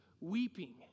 weeping